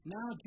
Now